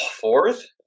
fourth